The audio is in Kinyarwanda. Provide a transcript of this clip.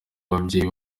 ababyeyi